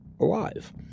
Alive